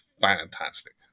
fantastic